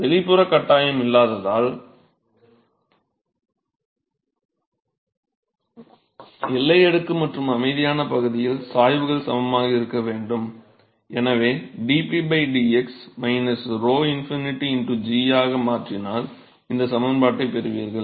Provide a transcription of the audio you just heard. வெளிப்புறக் கட்டாயம் இல்லாததால் எல்லை அடுக்கு மற்றும் அமைதியான பகுதியில் சாய்வுகள் சமமாக இருக்க வேண்டும் எனவே dp dx 𝞺∞g ஆக மாற்றினால் இந்த சமன்பாட்டைப் பெறுவீர்கள்